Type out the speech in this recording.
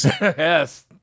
Yes